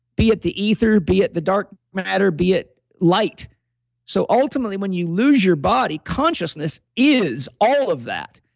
be it the ether, be it the dark matter, be it light so ultimately when you lose your body, consciousness is all of that.